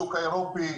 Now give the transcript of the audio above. השוק האירופי,